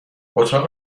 اتاق